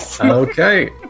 Okay